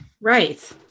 right